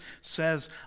says